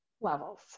levels